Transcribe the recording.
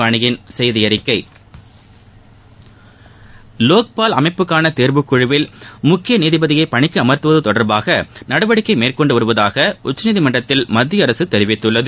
வோக்பால் அமைப்புக்கான தேர்வுக்குழுவில் முக்கிய நீதிபதியை பணிக்கு அம்த்துவது தொடர்பாக நடவடிக்கை மேற்கொண்டு வருவதாக உச்சநீதிமன்றத்தில் மத்திய அரசு கூறியுள்ளது